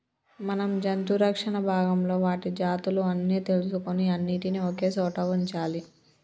మనం జంతు రక్షణ భాగంలో వాటి జాతులు అన్ని తెలుసుకొని అన్నిటినీ ఒకే సోట వుంచాలి